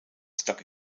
stock